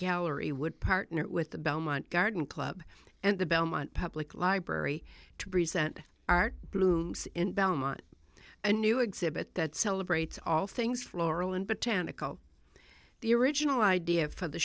gallery would partner with the belmont garden club and the belmont public library to present art blooms in belmont a new exhibit that celebrates all things floral and botanical the original idea for the